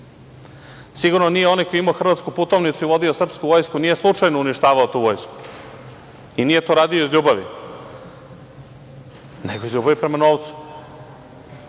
Sigurno nije onaj koji je imao hrvatsku putovnicu i vodio srpsku Vojsku, nije slučajno uništavao tu Vojsku. Nije to radio iz ljubavi, nego iz ljubavi prema novcu.S